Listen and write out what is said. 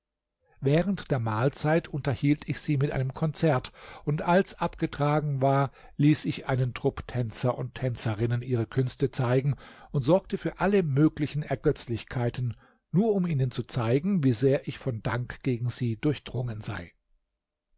während der mahlzeit unterhielt ich sie mit einem konzert und als abgetragen war ließ ich einen trupp tänzer und tänzerinnen ihre künste zeigen und sorgte für alle möglichen ergötzlichkeiten nur um ihnen zu zeigen wie sehr ich von dank gegen sie durchdrungen sei